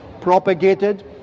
propagated